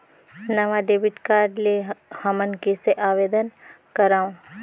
नवा debit card ले हमन कइसे आवेदन करंव?